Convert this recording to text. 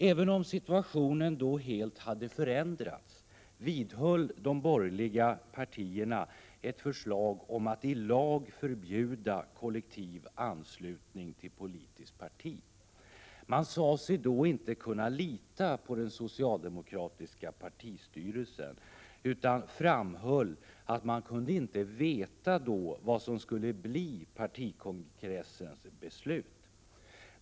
Trots att situationen då helt hade förändrats vidhöll de borgerliga partierna ett förslag om att i lag förbjuda kollektivanslutning till politiskt parti. Man sade sig inte kunna lita på den socialdemokratiska partistyrelsen utan framhöll att man inte kunde veta vad som skulle bli partikongressens beslut.